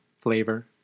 flavor